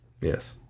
yes